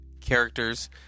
characters